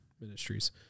Ministries